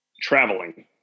traveling